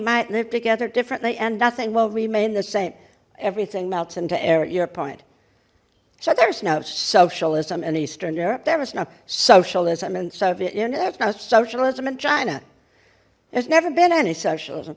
might live together differently and nothing we'll remain the same everything melts into air at your point so there's no socialism in eastern europe there was no socialism in soviet you know socialism in china there's never been any socialism